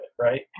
Right